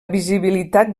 visibilitat